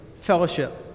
Fellowship